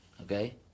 Okay